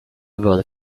was